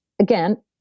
again